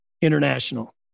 International